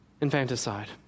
infanticide